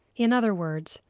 in other words,